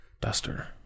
duster